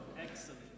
Excellent